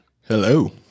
Hello